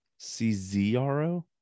Czro